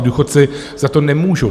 Důchodci za to nemůžou.